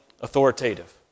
authoritative